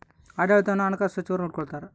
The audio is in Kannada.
ಆಡಳಿತವನ್ನು ಹಣಕಾಸು ಸಚಿವರು ನೋಡಿಕೊಳ್ತಾರ